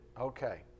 okay